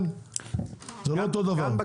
זה לא אותו דבר.